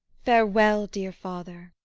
farewell, dear father.